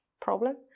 problem